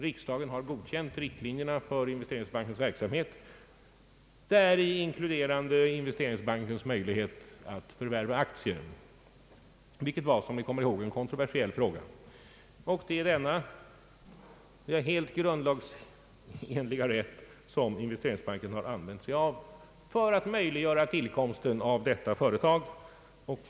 Riksdagen har godkänt riktlinjerna för investeringsbankens verksamhet, inkluderande investeringsbankens möjlighet att förvärva aktier, vilket som ni kommer ihåg var en kontroversiell fråga. Det är denna helt grundlagsenliga rätt som investeringsbanken använt sig av för att möjliggöra tillkomsten av detta företag.